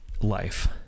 life